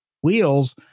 wheels